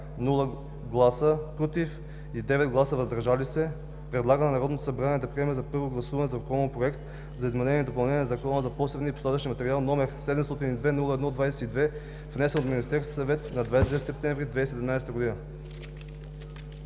без “против” и 9 гласа “въздържали се” предлага на Народното събрание да приеме на първо гласуване Законопроект за изменение и допълнение на Закона за посевния и посадъчния материал, № 702-01-22, внесен от Министерския съвет на 29 септември 2017 г.“